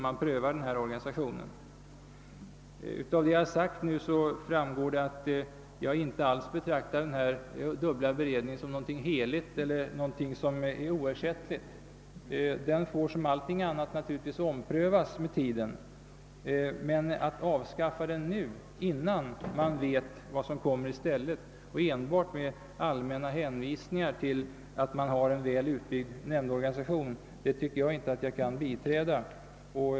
Av vad jag anfört framgår att jag inte alls betraktar den dubbla beredningen som någonting heligt och oersättligt; den får naturligtvis som allting annat med tiden omprövas. Men att avskaffa den nu, innan man vet vad som kommer i stället och enbart med allmänna hänvisningar till att man har en väl utbyggd nämndorganisation, är en tanke som jag inte kan biträda.